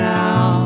now